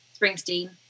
Springsteen